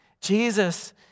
Jesus